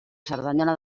cerdanyola